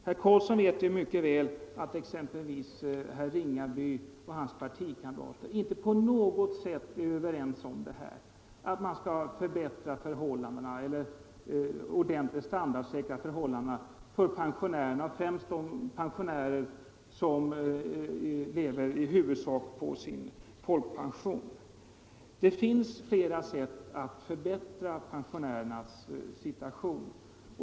Herr Carlsson vet ju mycket väl att exempelvis herr Ringaby och hans partikamrater inte på något sätt är ense med oss andra om att standardsäkra förmånerna för pensionärerna ordentligt, främst då för dem som endast eller i huvudsak lever på sin folkpension. Och det finns flera sätt att förbättra pensionärernas situation.